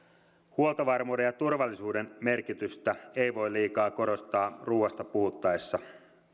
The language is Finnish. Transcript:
huoltovarmuuden ja turvallisuuden merkitystä ei voi liikaa korostaa ruuasta puhuttaessa